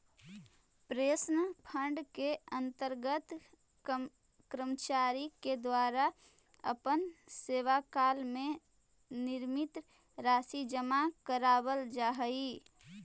pension fund के अंतर्गत कर्मचारि के द्वारा अपन सेवाकाल में निश्चित राशि जमा करावाल जा हई